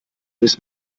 bis